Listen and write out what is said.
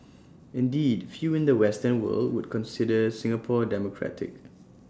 indeed few in the western world would consider Singapore democratic